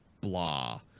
blah